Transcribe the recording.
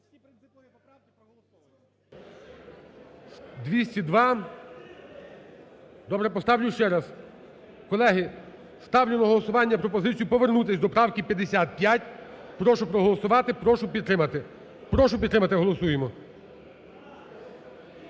За-202 Добре. Поставлю ще раз. Колеги, ставлю на голосування пропозицію повернутись до правки 55. Прошу проголосувати, прошу підтримати. Прошу підтримати, голосуємо.